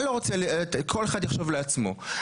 כל אחד יחשוב לעצמו.